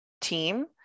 team